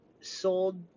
sold